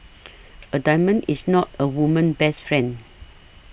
a diamond is not a woman's best friend